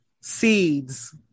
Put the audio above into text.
seeds